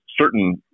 certain